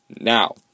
Now